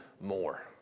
more